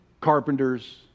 carpenters